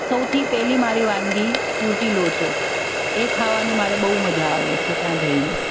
સૌથી પહેલી મારી વાનગી સુરતી લોચો એ ખાવાની મારે બહુ મજા આવે છે ત્યાં જઈને